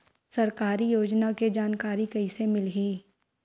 सरकारी योजना के जानकारी कइसे मिलही?